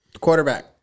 Quarterback